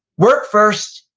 work first,